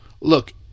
look